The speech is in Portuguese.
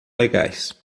legais